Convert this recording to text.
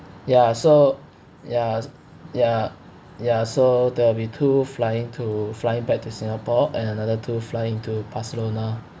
ya so ya ya ya so there will be two flying to flying back to singapore and another two flying to barcelona